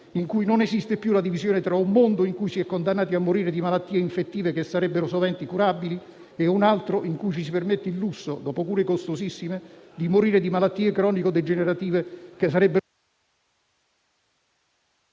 e non esiste più la divisione tra un mondo in cui si è condannati a morire di malattie infettive che sarebbero sovente curabili e un altro in cui ci si permette il lusso, dopo cure costosissime, di morire di malattie cronico-degenerative che sarebbero